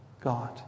God